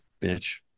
bitch